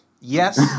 yes